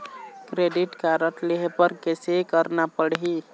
Credit card लेहे बर कैसे करना पड़ही?